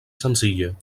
senzilla